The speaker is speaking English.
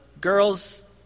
girls